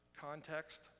context